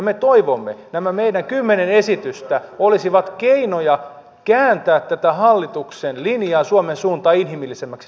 me toivomme että nämä meidän kymmenen esitystä olisivat keinoja kääntää tätä hallituksen linjaa suomen suuntaa inhimillisemmäksi